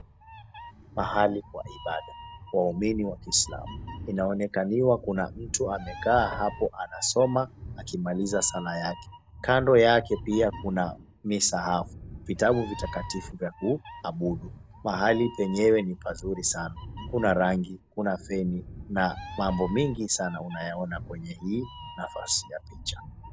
Mahali kwa ibada kwa waumini wa kiislamu. Inaonekaniwa kuna mtu amekaa hapo anasoma akimaliza sala yake. Kando yake pia kuna misahamu, vitabu vitakatifu vya kuabudu. Mahali penyewe ni pazuri sana. Kuna rangi, kuna feni na mambo mingi sana unayaona kwenye hii nafasi ya picha.